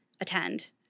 attend